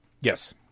Yes